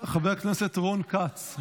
חבר הכנסת רון כץ,